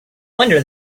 wonder